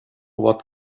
what